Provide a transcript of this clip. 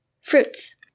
fruits